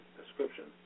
description